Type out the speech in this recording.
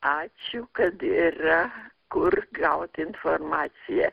ačiū kad yra kur gaut informaciją